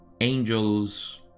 angels